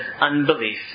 unbelief